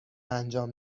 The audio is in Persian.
انجام